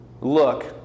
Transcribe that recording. look